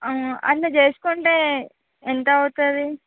అలా చేసుకుంటే ఎంత అవుతుంది